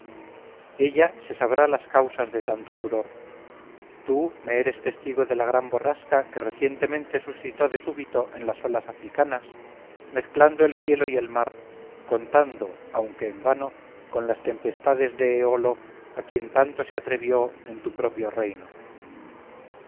ella se sabrá las causas de tanto furor tú me eres testigo de la gran borrasca que recientemente suscitó de súbito en las olas africanas mezclando el cielo y el mar contando aunque en vano con las tempestades de eolo a tanto se atrevió en tu propio reino